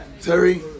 Terry